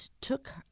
took